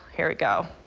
here we go.